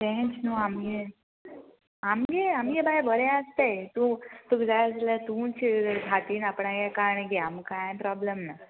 तेंच न्हू आमगे आमगे आमगे बाये बरें आसताय तूं तुका जाय जाल्यार तूंच हातीन आपणागे काडन गे आमकां प्रोब्लेम ना